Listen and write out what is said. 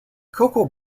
cocoa